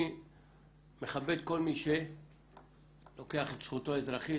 אני מכבד כל מי שלוקח את זכותו האזרחית